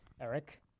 Eric